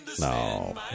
No